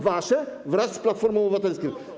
Wasze wraz z Platformą Obywatelską.